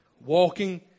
Walking